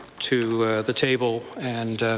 to the table and